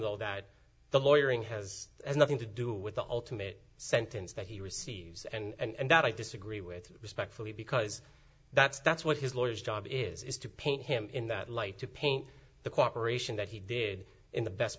though that the lawyer in has nothing to do with the ultimate sentence that he receives and that i disagree with respectfully because that's that's what his lawyers job is is to paint him in that light to paint the cooperation that he did in the best